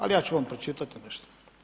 Ali ja ću vam pročitati nešto.